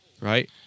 right